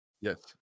Yes